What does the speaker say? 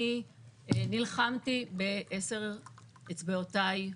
אני נלחמתי בעשר אצבעותיי,